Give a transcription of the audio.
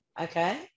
okay